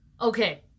okay